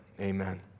amen